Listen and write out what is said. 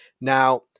Now